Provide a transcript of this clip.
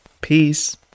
peace